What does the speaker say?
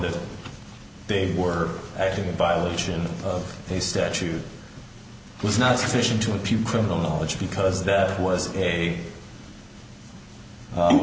that they were acting in violation of the statute was not sufficient to a few criminal knowledge because that was a